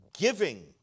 Giving